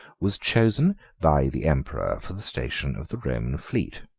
was chosen by the emperor for the station of the roman fleet